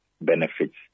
benefits